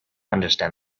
understand